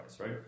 right